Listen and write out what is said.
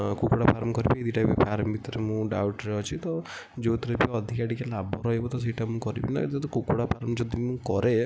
କୁକୁଡ଼ା ଫାର୍ମ୍ କରିବି ଏଇ ଦୁଇଟା ଜାକ ଫାର୍ମ୍ ଭିତରେ ମୁଁ ଡାଉଟ୍ରେ ଅଛି ତ ଯେଉଁଥିରେ ବି ଅଧିକା ଟିକେ ଲାଭ ରହିବ ତ ସେଇଟା ମୁଁ କରିବି ନାହିଁ ଯଦି କୁକୁଡ଼ା ଫାର୍ମ୍ ଯଦି ମୁଁ କରେ